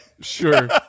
Sure